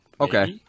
Okay